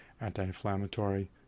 anti-inflammatory